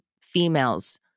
females